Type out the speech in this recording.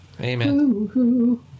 Amen